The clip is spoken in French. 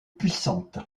puissantes